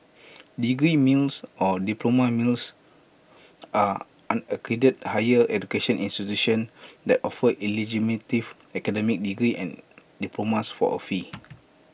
degree mills or diploma mills are unaccredited higher education institution that offer illegitimate academic degrees and diplomas for A fee